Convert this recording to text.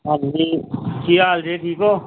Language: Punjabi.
ਹਾਂਜੀ ਜੀ ਕੀ ਹਾਲ ਜੀ ਠੀਕ ਹੋ